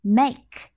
make